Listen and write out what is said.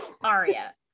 aria